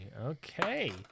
okay